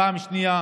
בפעם השנייה,